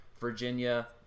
Virginia